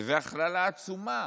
שזה הכללה עצומה,